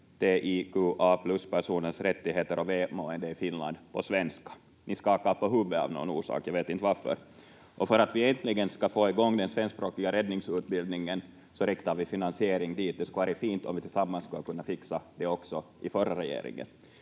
för HBTQIA+-personers rättigheter och välmående i Finland på svenska — ni skakar på huvudet av någon orsak, jag vet inte varför — och för att vi äntligen ska få igång den svenskspråkiga räddningsutbildningen riktar vi finansiering dit. Det skulle ha varit fint om vi tillsammans skulle ha kunnat fixa det också i förra regeringen.